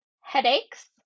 headaches